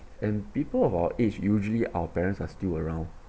and people of our age usually our parents are still around